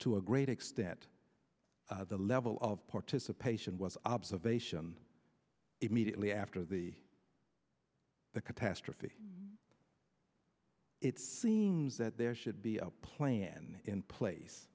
to a great extent the level of participation was observation immediately after the the catastrophe it seems that there should be a plan in place